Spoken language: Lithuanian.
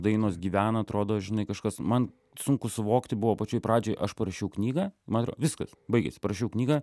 dainos gyvena atrodo žinai kažkas man sunku suvokti buvo pačioj pradžioj aš parašiau knygą man atrodo viskas baigėsi parašiau knygą